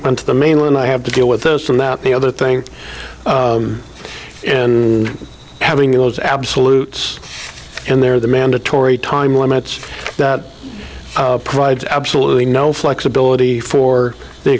on to the mainland i have to deal with those from that the other thing and having those absolutes in there the mandatory time limits that provide absolutely no flexibility for the